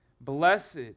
Blessed